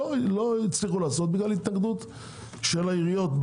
הצליחו לעשות בגלל התאחדות של העיריות.